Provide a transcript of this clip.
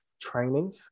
training